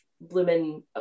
blooming